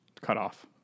cutoff